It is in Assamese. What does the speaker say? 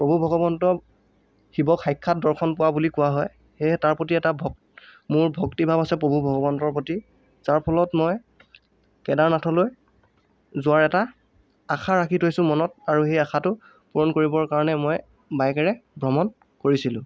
প্ৰভু ভগৱন্ত শিৱক সাক্ষাৎ দৰ্শন পোৱা বুলি কোৱা হয় সেয়েহে তাৰ প্ৰতি এটা ভক মোৰ ভক্তি ভাব আছে প্ৰভু ভগৱন্তৰ প্ৰতি যাৰ ফলত মই কেডাৰনাথলৈ যোৱাৰ এটা আশা ৰাখি থৈছোঁ মনত আৰু সেই আশাটো পুৰণ কৰিবৰ কাৰণে মই বাইকেৰে ভ্ৰমণ কৰিছিলোঁ